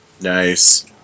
Nice